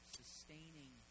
sustaining